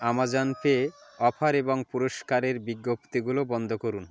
Amazon Pay offer এবং পুরস্কারের বিজ্ঞপ্তিগুলো বন্ধ করুন